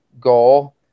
goal